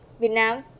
Vietnam